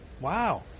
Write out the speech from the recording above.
Wow